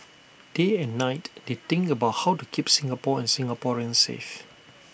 day and night they think about how to keep Singapore and Singaporeans safe